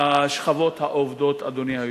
ובשכבות העובדות, אדוני היושב-ראש.